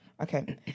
Okay